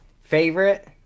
favorite